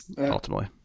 Ultimately